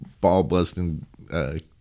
ball-busting